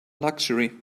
luxury